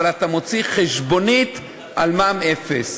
אתה מוציא חשבונית על מע"מ אפס.